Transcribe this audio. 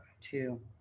Two